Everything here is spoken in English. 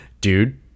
dude